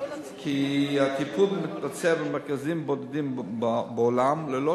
כי הטיפול מתבצע במרכזים בודדים בעולם ללא